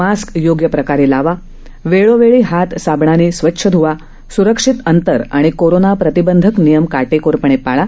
mask योग्य प्रकारे लावा वेळोवेळी हात साबणाने स्वच्छ धवा सुरक्षित अंतर आणि कोरोना प्रतिबंधक नियम काटेकोरपणे पाळा